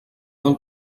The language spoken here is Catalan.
del